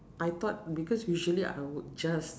I thought because usually I would just